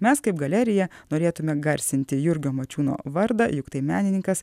mes kaip galerija norėtume garsinti jurgio mačiūno vardą juk tai menininkas